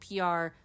PR